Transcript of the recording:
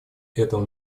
этого